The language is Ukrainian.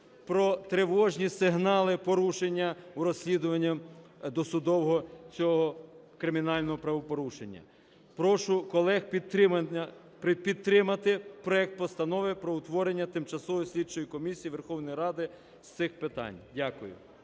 про тривожні сигнали порушення у розслідуванні досудового цього кримінального правопорушення. Прошу, колеги, підтримати проект Постанови про утворення Тимчасової слідчої комісії Верховної Ради з питань… Дякую.